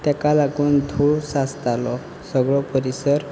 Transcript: ताका लागून थोस आसतालो सगळे परिसर